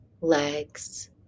legs